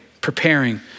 preparing